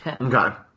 Okay